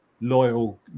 loyal